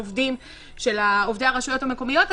עובדים של עובדי הרשויות המקומיות,